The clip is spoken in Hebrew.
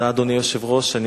אדוני היושב-ראש, תודה.